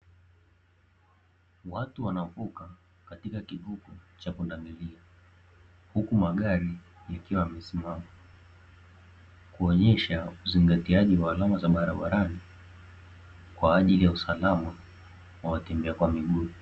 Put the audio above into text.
Watu wanavuka katika kivuko cha pundamilia huku magari, yakiwa yamesimama kuonyesha uzingatiaji wa alama za barabarani, kwa ajili ya usalama wa watembea kwa miguu.